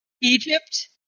Egypt